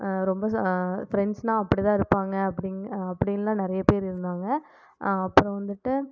ரொம்ப ஃப்ரெண்ட்ஸ்னா அப்படி தான் இருப்பாங்க அப்படின்னு அப்படின்லாம் நிறைய பேர் இருந்தாங்க அப்புறம் வந்துட்டு